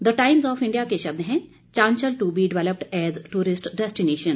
the Times of India के शब्द हैं chance to be developed as tourist destination